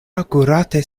akurate